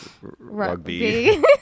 rugby